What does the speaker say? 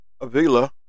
Avila